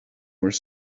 were